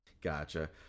Gotcha